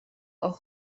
auch